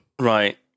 Right